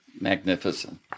Magnificent